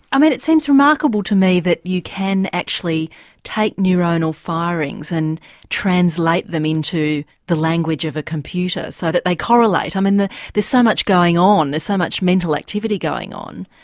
um it it seems remarkable to me that you can actually take neuronal firings and translate them into the language of a computer so that they correlate. um and there's so much going on, there's so much mental activity going on.